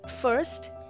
First